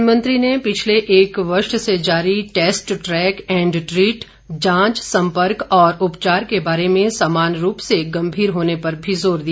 प्रधानमंत्री ने पिछले एक वर्ष से जारी टेस्ट ट्रैक एंड ट्रीट जांच संपर्क और उपचार के बारे में समान रूप से गंभीर होने पर भी जोर दिया